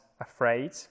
afraid